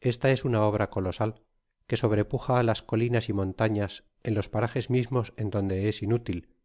esta es una obra colosal que sobrepuja á las colmas y montanas en los parajes mismos en donde es inútil